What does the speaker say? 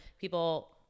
people